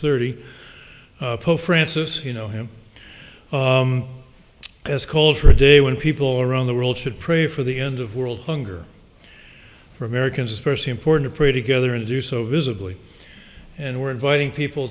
thirty pope francis you know him as called for a day when people around the world should pray for the end of world hunger for americans especially important to pray together and do so visibly and we're inviting people